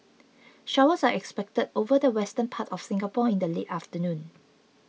showers are expected over the western part of Singapore in the late afternoon